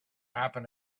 happen